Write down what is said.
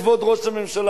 כבוד ראש הממשלה,